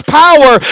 power